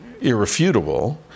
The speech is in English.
irrefutable